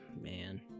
man